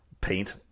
paint